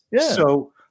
So-